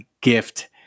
gift